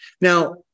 Now